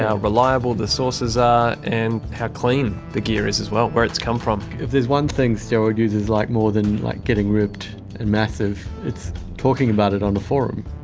reliable the sources are and how clean the gear is as well, where it's come from. if there's one thing steroid users like more than like getting ripped and massive, it's talking about it on the forum.